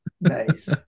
nice